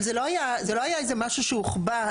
זה לא היה איזה משהו שהוחבא.